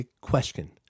question